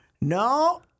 No